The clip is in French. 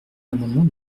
l’amendement